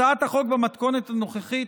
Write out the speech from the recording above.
הצעת החוק במתכונת הנוכחית,